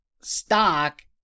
stock